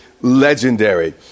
legendary